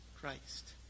Christ